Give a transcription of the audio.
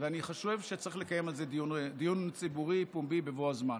ואני חושב שצריך לקיים על זה דיון ציבורי פומבי בבוא הזמן,